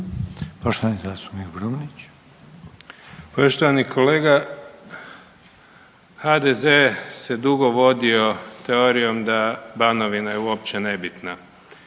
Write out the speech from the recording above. Zvane (Nezavisni)** Poštovani kolega. HDZ se dugo vodio teorijom da Banovina je uopće nebitna.